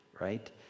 right